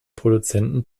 produzenten